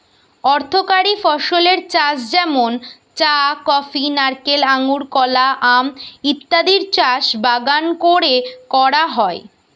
অর্থকরী ফসলের চাষ যেমন চা, কফি, নারকেল, আঙুর, কলা, আম ইত্যাদির চাষ বাগান কোরে করা হয়